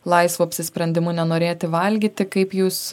laisvu apsisprendimu nenorėti valgyti kaip jūs